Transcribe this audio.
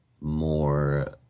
more